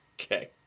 Okay